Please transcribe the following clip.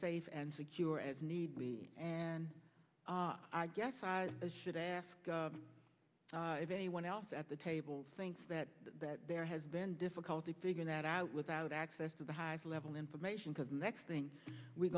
safe and secure as need be and i guess i should ask if anyone else at the table thinks that that there has been difficult to figure that out without access to the highest level information because next thing we're